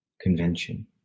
convention